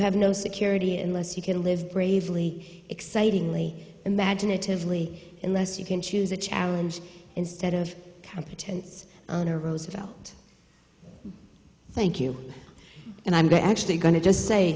have no security unless you can live bravely excitingly imaginatively unless you can choose a challenge instead of competence honor roosevelt thank you and i'm actually going to just say